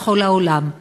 בכל העולם.